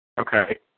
Okay